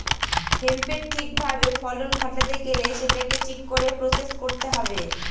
হেম্পের ঠিক ভাবে ফলন ঘটাতে গেলে সেটাকে ঠিক করে প্রসেস করতে হবে